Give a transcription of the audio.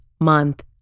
month